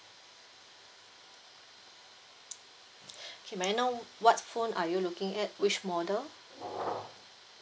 okay may I know what phone are you looking at which model